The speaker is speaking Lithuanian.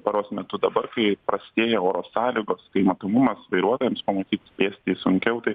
paros metu dabar kai prastėja oro sąlygos kai matomumas vairuotojams pamatyt pėstyjį sunkiau tai